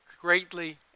greatly